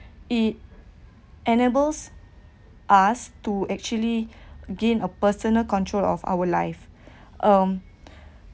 it enables us to actually gain a personal control of our life um